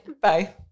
Bye